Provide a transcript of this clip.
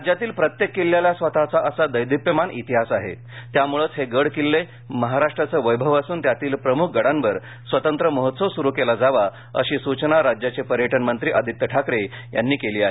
राज्यातील प्रत्येक किल्ल्याला स्वतःचा असा देदीप्यमान इतिहास आहे त्यामुळंच हे गड किल्ले महाराष्ट्राचे वैभव असून त्यातील प्रमुख गडांवर स्वतंत्र महोत्सव सूरु केला जावा अशी सूचना राज्याचे पर्यटन मंत्री आदित्य ठाकरे यांनी केली आहे